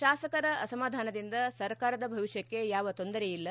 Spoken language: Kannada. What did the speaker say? ಶಾಸಕರ ಅಸಮಾಧಾನದಿಂದ ಸರ್ಕಾರದ ಭವಿಷ್ಟಕ್ಕೆ ಯಾವ ತೊಂದರೆಯಿಲ್ಲ